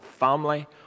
family